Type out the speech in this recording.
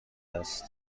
است